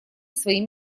своим